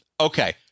Okay